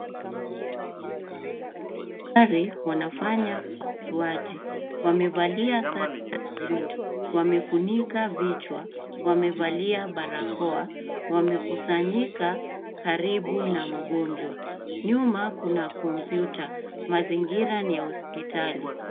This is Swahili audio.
Daktari wanafanya upasuaji wamevalia sare za bluu. Wamefunika vichwa, wamevalia barakoa, wamekusanyika karibu na mgonjwa. Nyuma kuna komputa. Mazingira ni ya hospitali.